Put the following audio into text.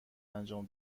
انجام